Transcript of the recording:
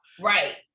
Right